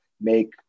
make